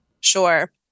Sure